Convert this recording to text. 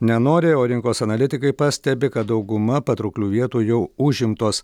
nenori o rinkos analitikai pastebi kad dauguma patrauklių vietų jau užimtos